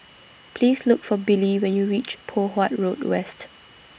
Please Look For Billy when YOU REACH Poh Huat Road West